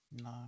No